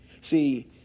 See